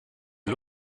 die